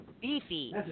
Beefy